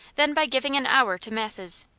than by giving an hour to masses.